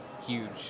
huge